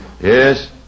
Yes